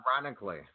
ironically